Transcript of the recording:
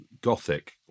gothic